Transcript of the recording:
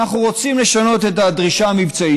אנחנו רוצים לשנות את הדרישה המבצעית